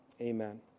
amen